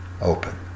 Open